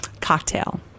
Cocktail